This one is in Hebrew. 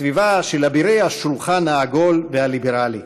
בסביבה של אבירי השולחן העגול והליברלי.